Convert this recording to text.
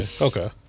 Okay